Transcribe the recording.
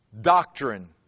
doctrine